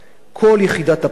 כל יחידת הפיקוח,